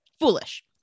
foolish